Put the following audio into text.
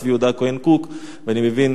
צבי יהודה הכהן קוק." ואני מבין